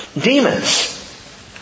demons